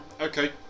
Okay